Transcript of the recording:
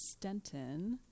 Stenton